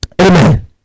Amen